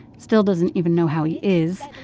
still doesn't even know how he is.